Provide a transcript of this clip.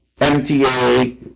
MTA